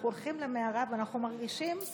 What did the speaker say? אנחנו הולכים למערה ואנחנו מרגישים בבית.